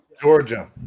Georgia